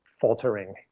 faltering